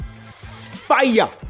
fire